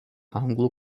anglų